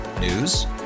News